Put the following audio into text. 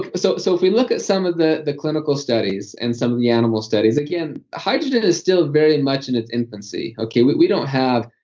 but so so, if we look at some of the the clinical studies, and some of the animal studies, again hydrogen is still very much in its infancy. we don't have,